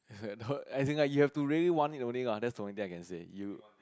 as in like I think you really have to want it only lah that's the only thing I can say you